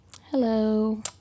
Hello